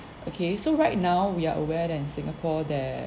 okay so right now we are aware that in singapore there